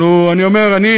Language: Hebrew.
אני אומר: אני,